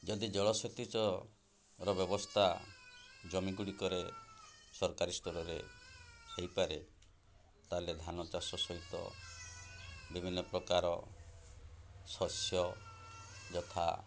ଯଦି ଜଳସେଚିତର ବ୍ୟବସ୍ଥା ଜମି ଗୁଡ଼ିକରେ ସରକାରୀ ସ୍ତରରେ ହେଇପାରେ ତା'ହେଲେ ଧାନ ଚାଷ ସହିତ ବିଭିନ୍ନ ପ୍ରକାର ଶସ୍ୟ ଯଥା